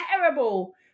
terrible